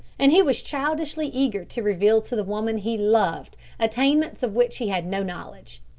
and he was childishly eager to reveal to the woman he loved attainments of which he had no knowledge.